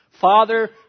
Father